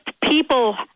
people